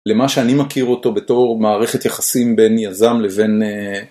למה שאני מכיר אותו בתור מערכת יחסים בין יזם לבין